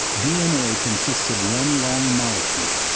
d n a. consists of one long molecule,